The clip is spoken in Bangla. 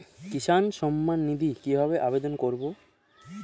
কিষান সম্মাননিধি কিভাবে আবেদন করব?